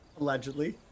Allegedly